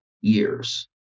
years